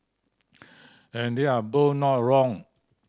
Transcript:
and they're both not wrong